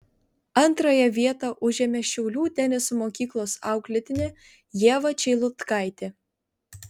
antrąją vietą užėmė šiaulių teniso mokyklos auklėtinė ieva čeilutkaitė